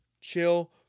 chill